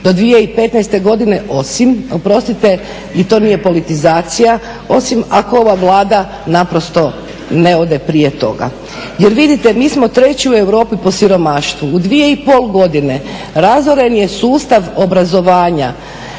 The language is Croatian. do 2015. godine osim oprostite i to nije politizacija osim ako ova Vlada naprosto ne ode prije toga. Jer vidite mi smo treći u Europi po siromaštvu. U dvije i pol godine razoren je sustav obrazovanja,